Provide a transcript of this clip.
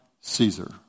Caesar